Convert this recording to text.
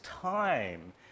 time